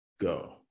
go